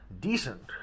decent